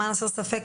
למען הסר ספק,